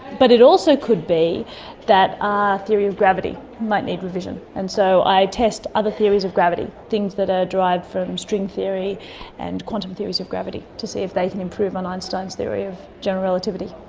but it also could be that our theory of gravity might need revision. and so i test other theories of gravity, things that are derived from string theory and quantum theories of gravity to see if they can improve on einstein's theory of general relativity.